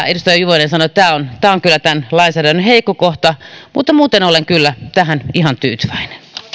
edustaja juvonen sanoi tämä on tämä on kyllä tämän lainsäädännön heikko kohta mutta muuten olen kyllä tähän ihan tyytyväinen